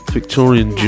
Victorian